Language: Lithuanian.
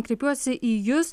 kreipiuosi į jus